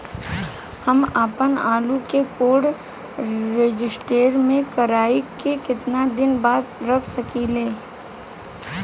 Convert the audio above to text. हम आपनआलू के कोल्ड स्टोरेज में कोराई के केतना दिन बाद रख साकिले?